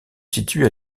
situe